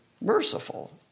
merciful